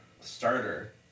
starter